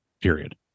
period